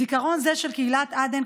זיכרון זה של קהילת עדן,